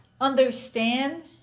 understand